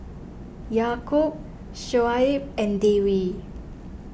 Yaakob Shoaib and Dewi